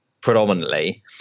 predominantly